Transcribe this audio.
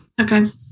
Okay